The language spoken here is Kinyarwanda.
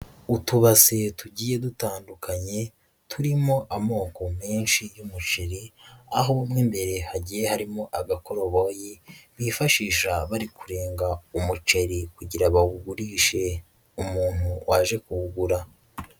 Utubase tugiye dutandukanye turimo amoko menshi y'umuceri aho mu imbere hagiye harimo agakoroboyi bifashisha barikuronga umuceri kugira bawugurishe umuntu waje kuwugura.